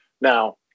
Now